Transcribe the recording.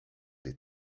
des